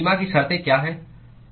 सीमा की शर्तें क्या हैं